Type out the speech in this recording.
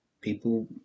people